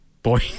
Boy